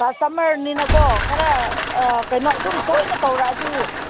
ꯀꯥꯁꯇꯥꯝꯃꯔꯅꯤꯅ ꯀꯣ ꯈꯔ ꯑꯥ ꯀꯩꯅꯣ ꯑꯗꯨꯝ ꯇꯣꯏꯅ ꯇꯧꯔꯛꯑꯗꯤ